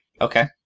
Okay